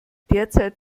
derzeit